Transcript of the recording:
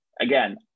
again